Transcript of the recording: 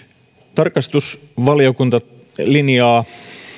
tarkastusvaliokunta linjaa